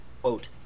quote